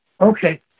Okay